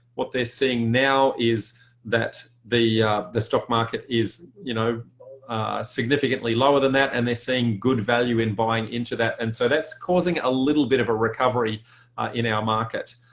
what they're seeing now is that the the stock market is you know significantly lower than that and they're seeing good value in buying into that and so that's causing a little bit of a recovery in our market.